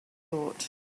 thought